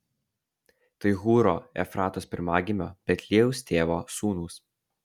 tai hūro efratos pirmagimio betliejaus tėvo sūnūs